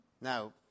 Now